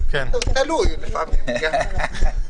תסמונת פוסט טראומה,